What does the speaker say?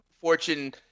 fortune